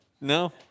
No